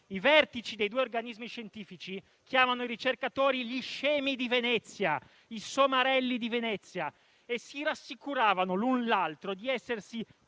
i vertici dei due organismi scientifici chiamano i ricercatori "gli scemi di Venezia", i "somarelli di Venezia" e si rassicurano l'un l'altro di essersi